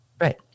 right